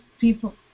people